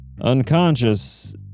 unconscious